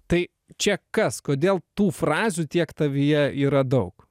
tai čia kas kodėl tų frazių tiek tavyje yra daug